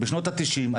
בשנות ה-90,